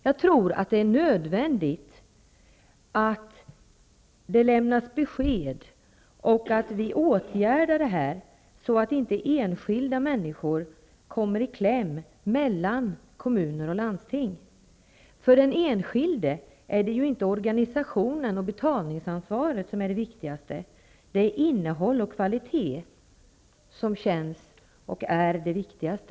Det är nödvändigt att besked lämnas och att vi åtgärdar detta, så att inte enskilda människor kommer i kläm mellan kommun och landsting. För den enskilde är det inte organsationen och betalningsansvaret som är det viktigaste. Det är innehåll och kvalitet.